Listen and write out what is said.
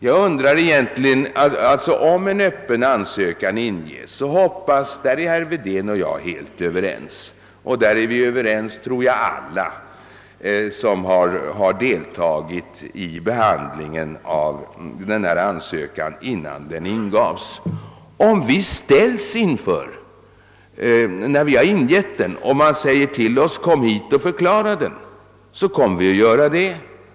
Jag tror att herr Wedén och jag liksom alla andra som deltagit i behandlingen av denna ansökan innan den ingavs är överens om, att ifall vi blir ombedda att förklara innebörden av vår ansökan, så skall vi göra det.